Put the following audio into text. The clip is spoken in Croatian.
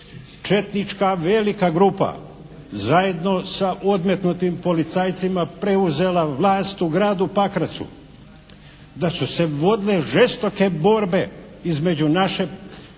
četnička velika grupa zajedno sa odmetnutim policajcima preuzela vlast u gradu Pakracu. Da su se vodile žestoke borbe između naše specijalne